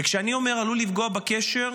וכשאני אומר עלול לפגוע בקשר,